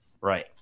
Right